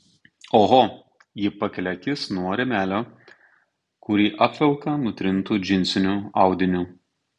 oho ji pakelia akis nuo rėmelio kurį apvelka nutrintu džinsiniu audiniu